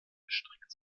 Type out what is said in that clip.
erstreckt